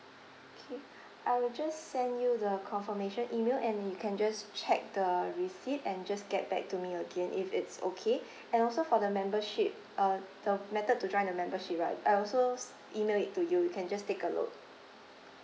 K I will just send you the confirmation email and you can just check the receipt and just get back to me again if it's okay and also for the membership uh the method to join the membership right I also s~ email it to you you can just take a look